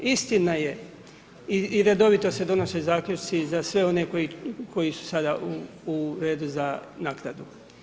Istina je i redovito se donose zaključci za sve one koji su sada u redu za naknadu.